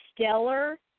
stellar